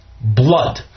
blood